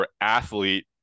athlete